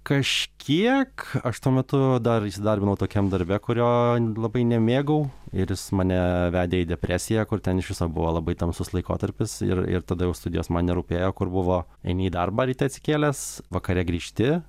kažkiek aš tuo metu dar įsidarbinau tokiam darbe kurio labai nemėgau ir jis mane vedė į depresiją kur ten iš viso buvo labai tamsus laikotarpis ir ir tada jau studijos man nerūpėjo kur buvo eini į darbą ryte atsikėlęs vakare grįžti